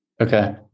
Okay